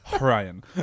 Ryan